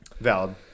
Valid